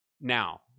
now